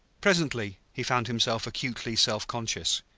presently he found himself acutely self-conscious.